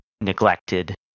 neglected